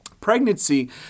pregnancy